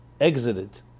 exited